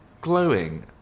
glowing